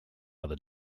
other